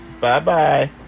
Bye-bye